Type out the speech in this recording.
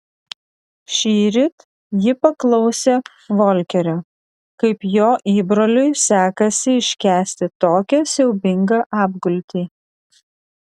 šįryt ji paklausė volkerio kaip jo įbroliui sekasi iškęsti tokią siaubingą apgultį